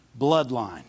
bloodline